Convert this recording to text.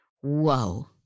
Whoa